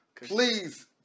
Please